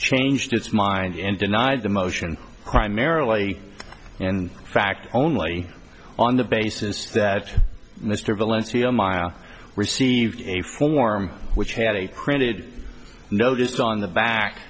changed its mind and denied the motion primarily in fact only on the basis that mr valencia received a form which had a printed notice on the back